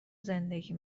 زندگی